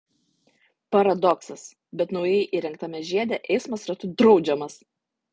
paradoksas bet naujai įrengtame žiede eismas ratu draudžiamas